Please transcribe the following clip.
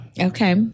Okay